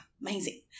amazing